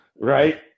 Right